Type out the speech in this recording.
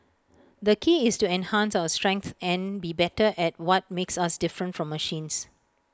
the key is to enhance our strengths and be better at what makes us different from machines